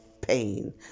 pain